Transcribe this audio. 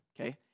okay